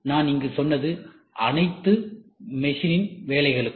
நான் இங்கு சொன்னது அனைத்து மெஷினின் வேலைகளுக்கும்